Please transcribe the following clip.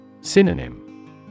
Synonym